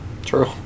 True